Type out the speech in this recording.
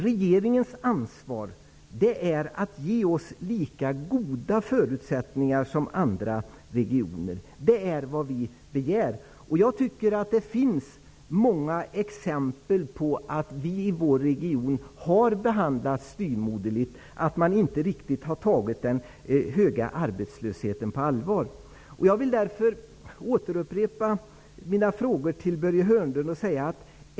Regeringens ansvar är att ge oss lika goda förutsättningar som andra regioner. Det är vad vi begär. Jag tycker att det finns många exempel på att vi i vår region har behandlats styvmoderligt. Man har inte tagit den höga arbetslösheten riktigt på allvar. Därför vill jag återupprepa mina frågor till Börje Hörnlund.